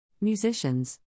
Musicians